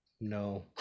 No